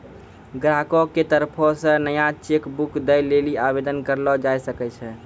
ग्राहको के तरफो से नया चेक बुक दै लेली आवेदन करलो जाय सकै छै